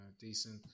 decent